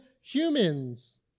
humans